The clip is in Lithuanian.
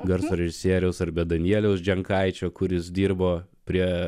garso režisieriaus arba danieliaus dženkaičio kuris dirbo prie